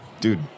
Dude